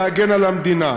להגן על המדינה.